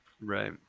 right